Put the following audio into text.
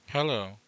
Hello